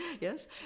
yes